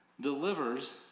delivers